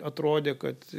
atrodė kad